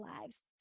lives